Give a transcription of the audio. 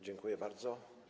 Dziękuję bardzo.